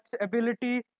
ability